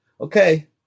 okay